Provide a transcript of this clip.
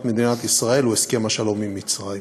מדינת ישראל הוא חתימת הסכם השלום עם מצרים.